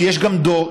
שיש גם דור,